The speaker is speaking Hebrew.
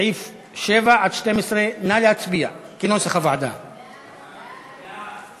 סעיפים 7 12 כנוסח הוועדה, נא להצביע.